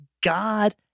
God